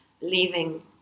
leaving